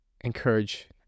encourage